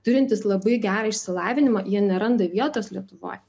turintis labai gerą išsilavinimą jie neranda vietos lietuvoj